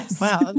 Wow